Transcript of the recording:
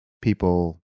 people